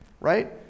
Right